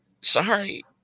Sorry